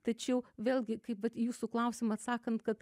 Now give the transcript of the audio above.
tačiau vėlgi kaip vat į jūsų klausimą atsakant kad